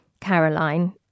Caroline